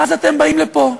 ואז אתם באים לפה,